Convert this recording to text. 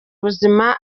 ubuzima